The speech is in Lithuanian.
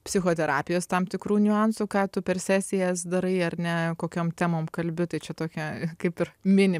psichoterapijos tam tikrų niuansų ką tu per sesijas darai ar ne kokiom temom kalbi tai čia tokia kaip ir mini